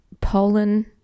Poland